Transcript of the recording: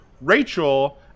Rachel